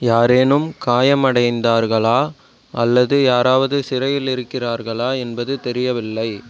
யாரேனும் காயமடைந்தார்களா அல்லது யாராவது சிறையில் இருக்கிறார்களா என்பது தெரியவில்லை